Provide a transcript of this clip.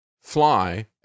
fly